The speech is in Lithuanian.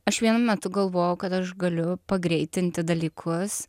aš vienu metu galvojau kad aš galiu pagreitinti dalykus